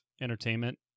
entertainment